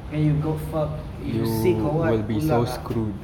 then you got fucked if you sick or what good luck ah